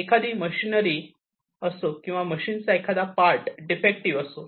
एखादी मशनरी असो किंवा मशीनचा एखादा पार्ट डिफेक्टिव्ह असो